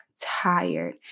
tired